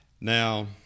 Now